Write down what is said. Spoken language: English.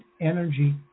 energy